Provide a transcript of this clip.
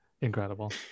Incredible